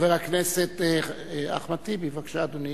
חבר הכנסת אחמד טיבי, בבקשה, אדוני.